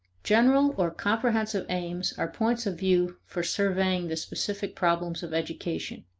general or comprehensive aims are points of view for surveying the specific problems of education.